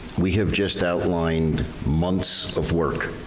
we have just outlined months of work.